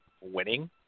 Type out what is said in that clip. winning